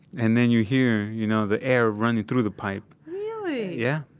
and then you hear, you know, the air running through the pipe really? yeah.